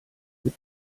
mit